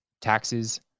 Taxes